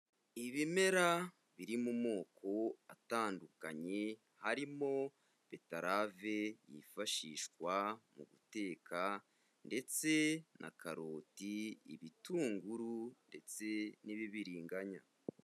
Ibimera biri mu moko atandukanye, harimo betarave yifashishwa mu guteka ndetse na karoti, ibitunguru ndetse n'ibibiringanya.